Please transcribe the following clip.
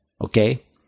okay